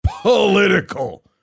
political